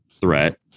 threat